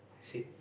sit